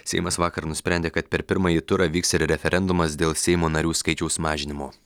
seimas vakar nusprendė kad per pirmąjį turą vyks ir referendumas dėl seimo narių skaičiaus mažinimo